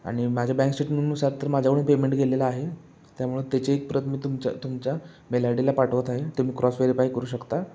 आणि माझ्या बँक स्टेटमेंटनुसार तर माझ्याकडून पेमेंट गेलेलं आहे त्यामुळे त्याची एक प्रत मी तुमच्या तुमच्या मेल आय डीला पाठवत आहे तुम्ही क्रॉस वेरीफाय करू शकता